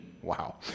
Wow